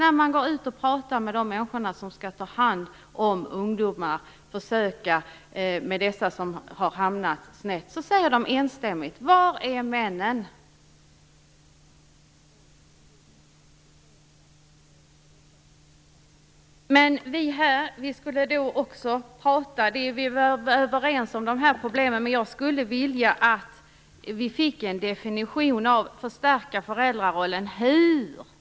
De människor som skall försöka ta hand om de ungdomar som har hamnat snett säger enstämmigt: Var är männen? Vi är överens om det vi har skrivit om de här problemen, men jag skulle vilja att vi fick en definition av vad det betyder att förstärka föräldrarollen. Hur?